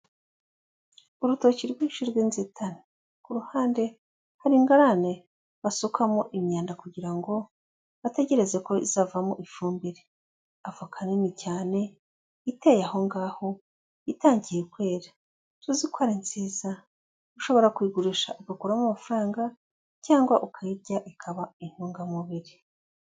Urutoki rwinshi rw'inzitane, ku ruhande hari ingarane basukamo imyanda kugira ngo bategereze ko izavamo ifumbire, avoka nini cyane iteye aho ngaho itangiye kwera, tuzi ko ari nziza ushobora kuyigurisha ugakuramo amafaranga cyangwa ukayirya, ikaba intungamubiri.